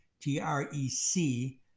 T-R-E-C